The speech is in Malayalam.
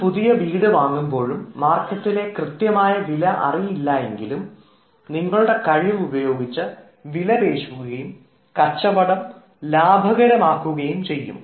ഒരു പുതിയ വീട് വാങ്ങുമ്പോഴും മാർക്കറ്റിലെ കൃത്യമായ വില അറിയത്തില്ല എങ്കിലും നിങ്ങളുടെ കഴിവ് ഉപയോഗിച്ച് വിലപേശുകയും കച്ചവടം ലാഭകരമാക്കുകയും ചെയ്യം